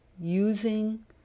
using